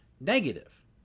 negative